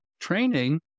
Training